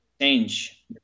change